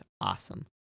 awesome